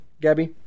Gabby